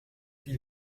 puis